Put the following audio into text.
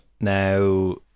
now